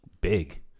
big